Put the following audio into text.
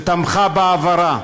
שתמכה בהעברה.